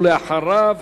ואחריו,